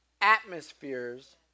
atmospheres